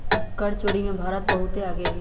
कर चोरी में भारत बहुत आगे हई